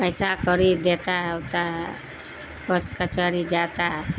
پیسہ کوڑی دیتا ہے اوتا ہے کچ کچہری جاتا ہے